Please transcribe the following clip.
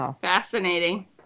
Fascinating